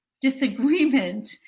disagreement